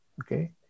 Okay